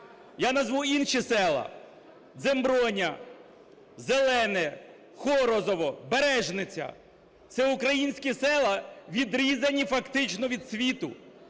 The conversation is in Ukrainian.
Я назву інші села: Дземброня, Зелене, Хорозово, Бережниця – це українські села, відрізані фактично від світу.